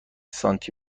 سانتی